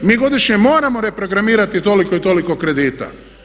Mi godišnje moramo reprogramirati toliko i toliko kredita.